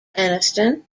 anniston